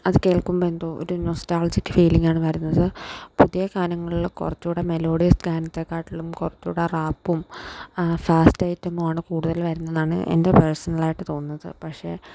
അത് കേൾക്കുമ്പോൾ എന്തോ ഒരു നൊസ്റ്റാൾജിക്ക് ഫീലിങ്ങാണ് വരുന്നത് പുതിയ ഗാനങ്ങളുള്ള കുറച്ചൂടെ മെലോഡിയസ് ഗാനത്തേക്കാട്ടിലും കുറച്ച് കൂടെ റാപ്പും ഫാസ്റ്റ് ഐറ്റവുമാണ് കൂടുതൽ വരുന്നതാണ് എൻെറ പേഴ്സണലായിട്ട് തോന്നുന്നത് പക്ഷേ